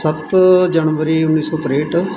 ਸੱਤ ਜਨਵਰੀ ਉੱਨੀ ਸੌ ਤ੍ਰੇਂਹਠ